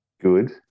good